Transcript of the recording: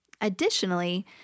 Additionally